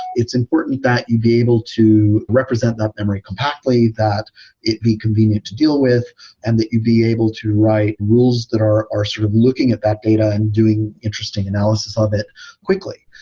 it's important that you'd be able to represent that memory compactly, that it'd be convenient to deal with and that you'd be able to write rules that are are sort of looking at that data and doing interesting analysis of it quickly.